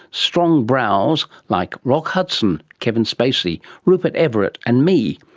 strong brows, like rock hudson, kevin spacey, rupert everett and me.